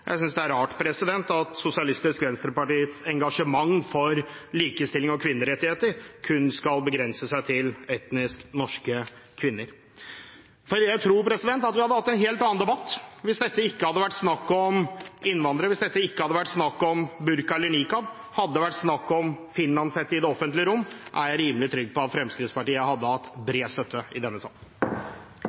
Jeg synes det er rart at Sosialistisk Venstrepartis engasjement for likestilling og kvinnerettigheter kun skal begrense seg til etnisk norske kvinner. Jeg tror at vi hadde hatt en helt annen debatt hvis dette ikke hadde vært snakk om innvandrere, hvis dette ikke hadde vært snakk om burka eller niqab. Hadde det vært snakk om finlandshette i det offentlige rom, er jeg rimelig trygg på at Fremskrittspartiet hadde hatt bred støtte i denne salen.